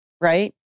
right